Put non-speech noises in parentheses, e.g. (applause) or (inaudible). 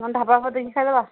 (unintelligible) (unintelligible) ଦେଇ କି ଖାଇଦେବା